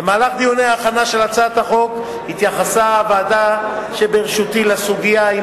במהלך דיוני ההכנה של הצעת החוק התייחסה הוועדה שבראשותי לסוגיה אם